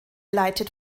leitet